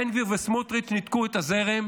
בן גביר וסמוטריץ' ניתקו את הזרם